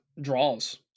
draws